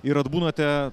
ir atbūnate